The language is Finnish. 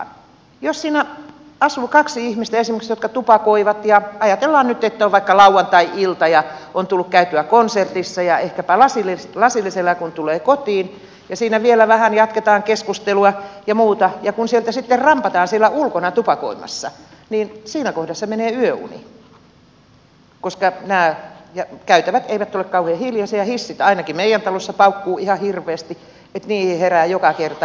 jos siinä asuu esimerkiksi kaksi ihmistä jotka tupakoivat ja ajatellaan nyt että on vaikka lauantai ilta ja on tullut käytyä konsertissa ja ehkäpä lasillisella ja kun tulee kotiin ja siinä vielä vähän jatketaan keskustelua ja muuta ja kun sieltä sitten rampataan siellä ulkona tupakoimassa niin siinä kohdassa menee yöuni koska nämä käytävät eivät ole kauhean hiljaisia ja hissit ainakin meidän talossa paukkuvat ihan hirveästi niin että niihin herää joka kerta